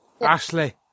Ashley